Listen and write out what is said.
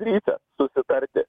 trise susitarti